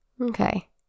Okay